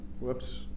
Whoops